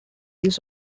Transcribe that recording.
this